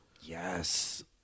Yes